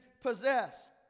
possess